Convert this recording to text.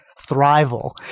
thrival